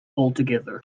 altogether